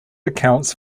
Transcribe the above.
accounts